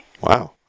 Wow